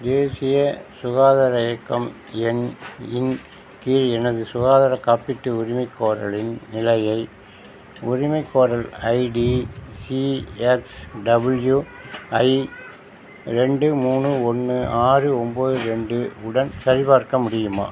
தேசிய சுகாதார இயக்கம் எண் இன் கீழ் எனது சுகாதார காப்பீட்டு உரிமைக் கோரலின் நிலையை உரிமைக் கோரல் ஐடி சிஎக்ஸ்டபிள்யூஐ ரெண்டு மூணு ஒன்று ஆறு ஒன்போது ரெண்டு உடன் சரிபார்க்க முடியுமா